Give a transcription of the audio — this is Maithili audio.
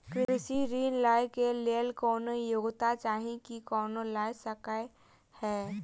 कृषि ऋण लय केँ लेल कोनों योग्यता चाहि की कोनो लय सकै है?